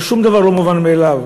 אבל שום דבר לא מובן מאליו.